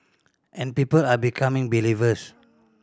and people are becoming believers